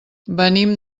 venim